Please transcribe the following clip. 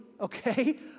okay